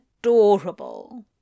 adorable